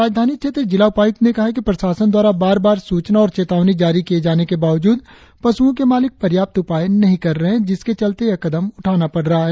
राजधानी क्षेत्र जिला उपायुक्त ने कहा है कि प्रशासन द्वारा बार बार सूचना और चेतावनी जारी किए जाने के बावजूद पशुओं के मालिक पर्याप्त उपाय नही कर रहे जिसके चलते यह कदम उठाना पड़ रहा है